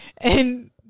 and-